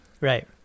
Right